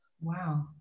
wow